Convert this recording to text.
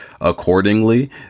accordingly